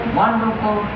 wonderful